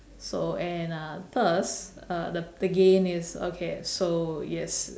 so and uh first the gain is okay so yes